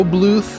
Blue